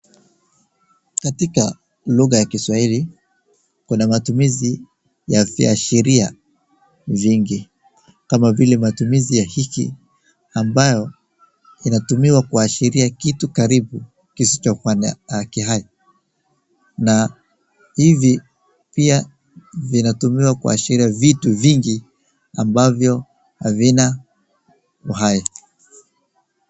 Katika lugha ya kiswahili kuna matumizi ya viashiria vingi kama vile matumizi ya hiki ambayo inatumiwa kuashiria kitu karibu kisicho kuwa kihai. na hivi pia vinatumiwa kuashiria vitu vingi ambavyo havina uhai.